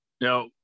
Now